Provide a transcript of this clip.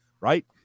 right